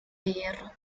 hierro